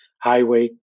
highway